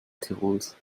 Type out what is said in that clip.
tirols